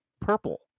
purple